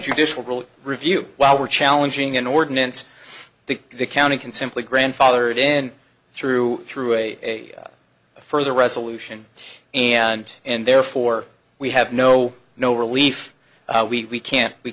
judicial rule review while we're challenging an ordinance i think the county can simply grandfathered in through through a further resolution and and therefore we have no no relief we can't we